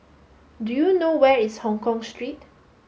do you know where is Hongkong Street